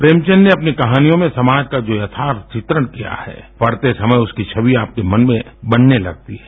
प्रेमचन्द ने अपनी कहानियों में समाज का जो यर्थाथ चित्रण किया है पढ़ते समय उसकी छवि आपके मन में बनने लगती है